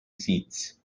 seeds